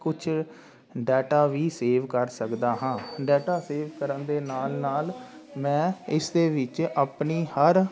ਕੁਝ ਡਾਟਾ ਵੀ ਸੇਵ ਕਰ ਸਕਦਾ ਹਾਂ ਡਾਟਾ ਸੇਵ ਕਰਨ ਦੇ ਨਾਲ ਨਾਲ ਮੈਂ ਇਸ ਦੇ ਵਿੱਚ ਆਪਣੀ ਹਰ